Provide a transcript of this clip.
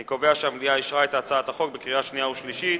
אני קובע שהמליאה אישרה את הצעת החוק בקריאה שנייה ובקריאה שלישית.